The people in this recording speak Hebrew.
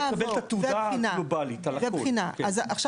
רק מי שרוצה לקבל את התעודה הגלובלית.